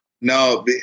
no